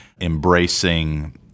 embracing